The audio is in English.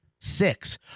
Six